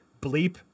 bleep